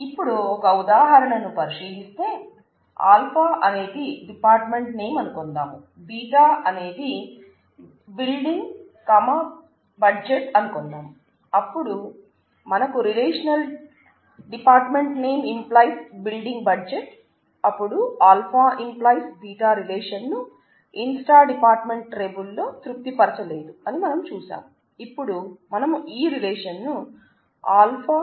ఇపుడు ఒక ఉదాహారణను పరిశీలిస్తే α అనేది డిపార్ట్మెంట్ నేమ్ అనుకుందాం β అనేది అనే ఆపరేషన్లతో మారుస్తాము